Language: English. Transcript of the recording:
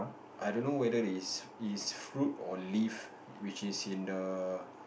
I don't know whether is is fruit or leave which is in the